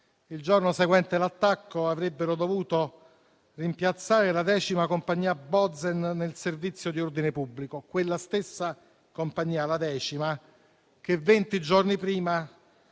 Il giorno seguente l'attacco avrebbero dovuto rimpiazzare la decima compagnia Bozen nel servizio di ordine pubblico; quella stessa compagnia, la decima, che venti giorni prima